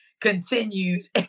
continues